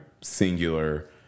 singular